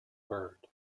bird